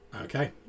Okay